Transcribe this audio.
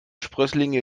sprösslinge